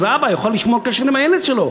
אז האבא יוכל לשמור קשר עם הילד שלו.